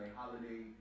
holiday